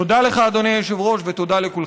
תודה לך, אדוני היושב-ראש, ותודה לכולכם.